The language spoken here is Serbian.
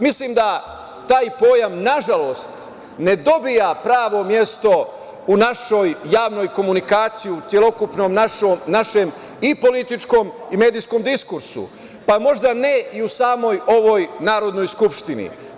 Mislim da taj pojam nažalost ne dobija pravo mesto u našoj javnoj komunikaciji, u celokupnom našem i političkom i medijskom diskursu, pa možda ne i u samoj ovoj Narodnoj skupštini.